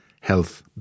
health